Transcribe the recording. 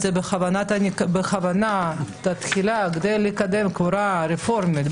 זה בכוונת תחילה כדי לקדם קבורה רפורמית.